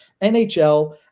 NHL